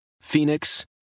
Phoenix